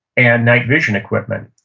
and night vision equipment.